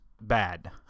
bad